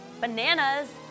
Bananas